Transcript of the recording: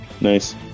Nice